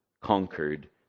conquered